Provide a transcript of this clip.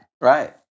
Right